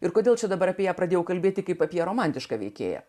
ir kodėl čia dabar apie ją pradėjau kalbėti kaip apie romantišką veikėją